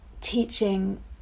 teaching